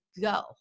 go